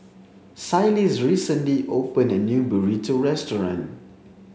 Phyliss recently opened a new burrito restaurant